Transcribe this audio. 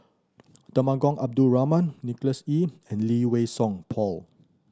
Temenggong Abdul Rahman Nicholas Ee and Lee Wei Song Paul